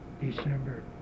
December